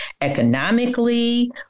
economically